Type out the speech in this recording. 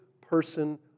person